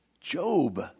Job